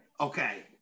Okay